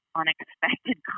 unexpected